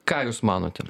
ką jūs manote